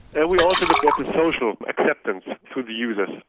and we also looked at the social acceptance through the users.